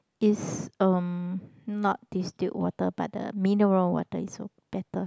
is um not distilled water but the mineral water is so better